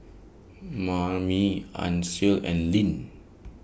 Mamie Ancil and Linn